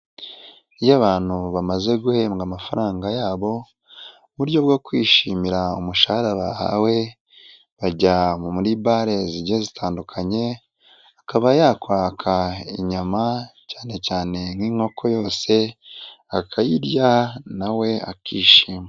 Iyo abantu bamaze guhembwa amafaranga yabo buryo bwo kwishimira umushahara bahawe bajya muri bare zigiye zitandukanye akaba yakwaka inyama cyane cyane nk'inkoko yose akayirya nawe akishima.